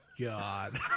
God